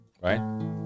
Right